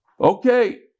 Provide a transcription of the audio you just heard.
Okay